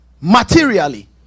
Materially